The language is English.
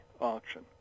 auction